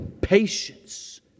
patience